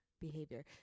behavior